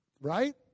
Right